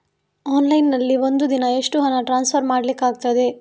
Online ನಲ್ಲಿ ಒಂದು ದಿನ ಎಷ್ಟು ಹಣ ಟ್ರಾನ್ಸ್ಫರ್ ಮಾಡ್ಲಿಕ್ಕಾಗ್ತದೆ?